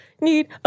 need